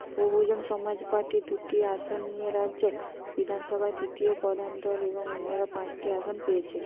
বহুজন Samaj Party দুটি আসন নিয়ে রাজ্য বিধানসভায় তৃতীয় প্রধান দল এবং অন্যান্যরা পাঁচটি আসন পেয়েছে